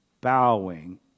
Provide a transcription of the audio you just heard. bowing